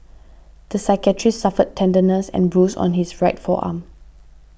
the psychiatrist suffered tenderness and a bruise on his right forearm